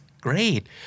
great